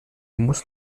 muss